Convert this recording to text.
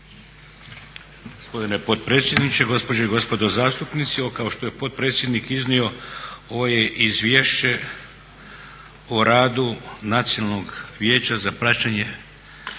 Gospodine potpredsjedniče, gospođe i gospodo zastupnici. Ovo kao što je potpredsjednik iznio ovo je Izvješće o radu Nacionalnog vijeća za praćenje